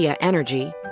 Energy